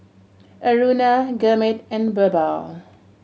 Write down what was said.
Aruna Gurmeet and Birbal